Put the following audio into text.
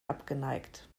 abgeneigt